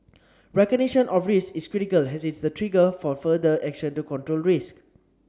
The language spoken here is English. recognition of risks is critical as it is the trigger for further action to control risks